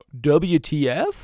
WTF